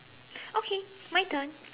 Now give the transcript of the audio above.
okay my turn